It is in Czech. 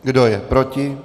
Kdo je proti?